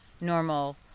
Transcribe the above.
normal